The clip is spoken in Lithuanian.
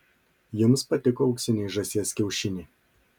jums patiko auksiniai žąsies kiaušiniai